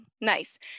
nice